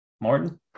Martin